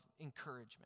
encouragement